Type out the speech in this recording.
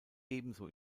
ebenso